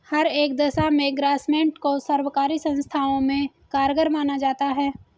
हर एक दशा में ग्रास्मेंट को सर्वकारी संस्थाओं में कारगर माना जाता है